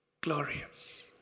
glorious